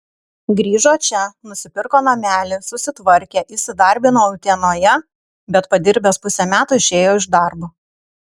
grįžo čia nusipirko namelį susitvarkė įsidarbino utenoje bet padirbęs pusę metų išėjo iš darbo